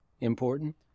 Important